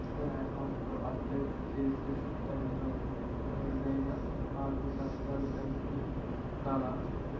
నా అకౌంట్ ను అప్లై చేసి టైం లో ఎవరిదైనా హామీ సంతకాలు కలిపి ఉండలా?